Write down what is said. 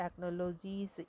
technologies